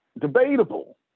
debatable